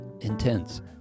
intense